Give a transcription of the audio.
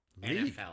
NFL